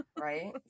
Right